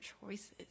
choices